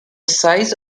size